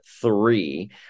three